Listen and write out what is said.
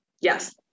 Yes